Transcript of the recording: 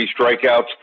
strikeouts